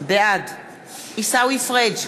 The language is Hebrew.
בעד עיסאווי פריג'